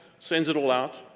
sends it all out.